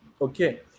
Okay